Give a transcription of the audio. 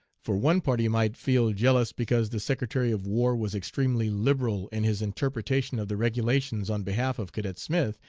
for one party might feel jealous because the secretary of war was extremely liberal in his interpretation of the regulations on behalf of cadet smith,